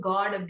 God